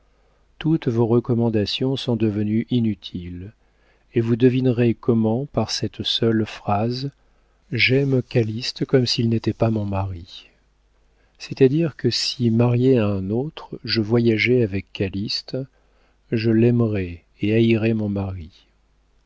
toutes vos recommandations sont devenues inutiles et vous devinerez comment par cette seule phrase j'aime calyste comme s'il n'était pas mon mari c'est-à-dire que si mariée à un autre je voyageais avec calyste je l'aimerais et haïrais mon mari